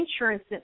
insurance